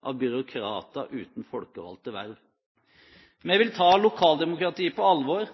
av byråkrater uten folkevalgte verv. Vi vil ta lokaldemokratiet på alvor.